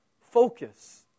Focus